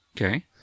okay